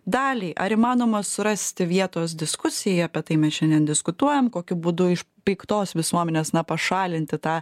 daliai ar įmanoma surasti vietos diskusijai apie tai mes šiandien diskutuojam kokiu būdu iš piktos visuomenės na pašalinti tą